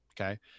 Okay